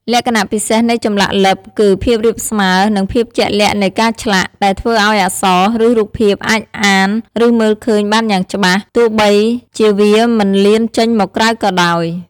លក្ខណៈពិសេសនៃចម្លាក់លិបគឺភាពរាបស្មើ និងភាពជាក់លាក់នៃការឆ្លាក់ ដែលធ្វើឲ្យអក្សរ ឬរូបភាពអាចអាន ឬមើលឃើញបានយ៉ាងច្បាស់ ទោះបីជាវាមិនលៀនចេញមកក្រៅក៏ដោយ។